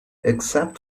except